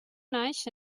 naix